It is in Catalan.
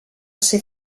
ser